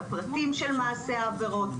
הפרטים של מעשי העבירות,